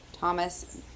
thomas